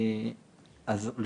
אז,